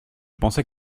pensais